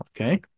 Okay